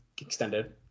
extended